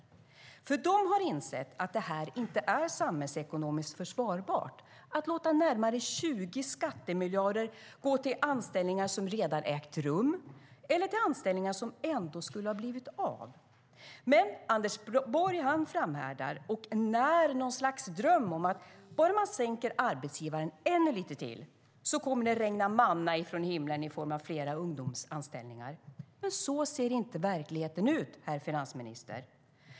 De har nämligen insett att det inte är samhällsekonomiskt försvarbart att låta närmare 20 skattemiljarder gå till anställningar som redan ägt rum eller till anställningar som ändå skulle ha blivit av. Men Anders Borg framhärdar och när någon sorts dröm om att bara man sänker arbetsgivaravgiften ännu lite till kommer det att regna manna från himlen i form av fler ungdomsanställningar. Men så ser inte verkligheten ut, herr finansminister.